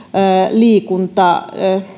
liikunta